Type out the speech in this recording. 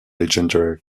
legendary